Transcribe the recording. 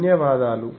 ధన్యవాదాలు